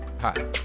Hi